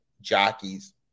jockeys